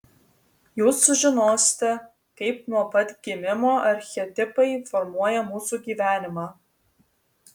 jūs sužinosite kaip nuo pat gimimo archetipai formuoja mūsų gyvenimą